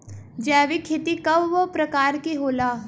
जैविक खेती कव प्रकार के होला?